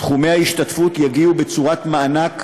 סכומי ההשתתפות יגיעו בצורת מענק,